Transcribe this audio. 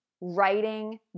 writing